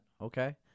okay